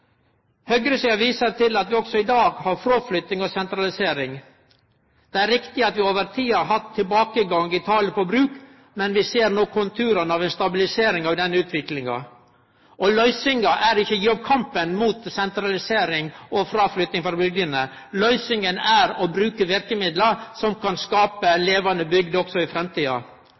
Høgresida viser til at vi også i dag har fråflytting og sentralisering. Det er riktig at vi over tid har hatt tilbakegang i talet på bruk, men vi ser no konturane av ei stabilisering av den utviklinga. Og løysinga er ikkje å gi opp kampen mot sentralisering og fråflytting frå bygdene, løysinga er å bruke verkemidla som kan skape levande bygder også i framtida.